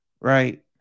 right